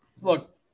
look